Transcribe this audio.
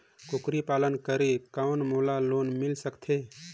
कूकरी पालन करे कौन मोला लोन मिल सकथे?